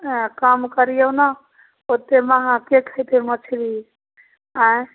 एँ कम करिऔ ने ओतेक महगा के खेतै मछरी अँए